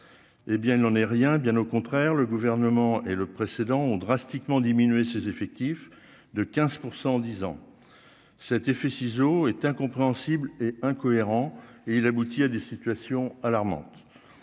hé bien il n'en est rien, bien au contraire, le gouvernement et le précédent ont drastiquement diminué ses effectifs de 15 % en 10 ans, cet effet ciseau est incompréhensible et incohérent et il aboutit à des situations alarmantes